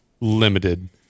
limited